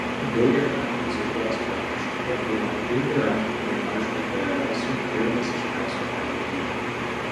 daugelį metų dziudo sporto šaka buvo ir yra viena iš populiariausių ir masiškiausių alytuje